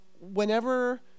whenever